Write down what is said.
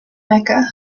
mecca